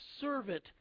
servant